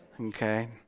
okay